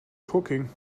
cooking